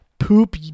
poop